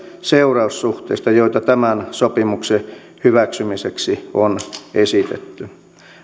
seuraus suhteista joita tämän sopimuksen hyväksymiseksi on esitetty